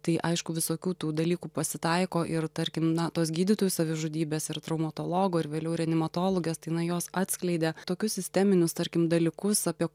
tai aišku visokių tų dalykų pasitaiko ir tarkim na tos gydytojų savižudybės ir traumatologo ir vėliau reanimatologės na tai jos jos atskleidė tokius sisteminius tarkim dalykus apie